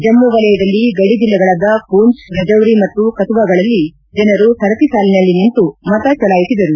ಜಮ್ನು ವಲಯದಲ್ಲಿ ಗಡಿ ಜಿಲ್ಲೆಗಳಾದ ಪೂಂಚ್ ರಜೌರಿ ಮತ್ತು ಕತುವಾಗಳಲ್ಲಿ ಜನರು ಸರತಿ ಸಾಲಿನಲ್ಲಿ ನಿಂತು ಮತ ಚಲಾಯಿಸಿದರು